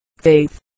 faith